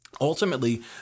Ultimately